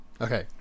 okay